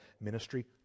ministry